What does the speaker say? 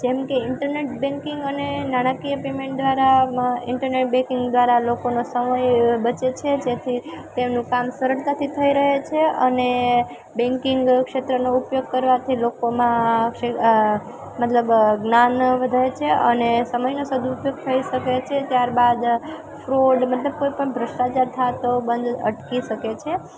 જેમકે internet banking અને નાણાકીય પેમેન્ટ દ્વારા ઈન્ટરનેટ બેન્કિંગ લોકોનો સમય બચે છે જેથી તેમનું કામ સરળતાથી થઈ રહે છે અને બેન્કિંગ ક્ષેત્રનો ઉપયોગ કરવાથી લોકોમાં આ મતલબ જ્ઞાન વધે છે અને સમયનો સદઉપયોગ થઈ શકે છે ત્યારબાદ ફ્રોડ મતલબ કોઈ પણ ભ્રષ્ટાચાર થતો બંધ અટકી શકે છે